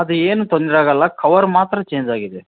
ಅದು ಏನೂ ತೊಂದರೆ ಆಗೋಲ್ಲ ಕವರ್ ಮಾತ್ರ ಚೇಂಜ್ ಆಗಿದೆ